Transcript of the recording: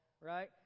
right